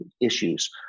issues